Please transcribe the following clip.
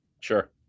Sure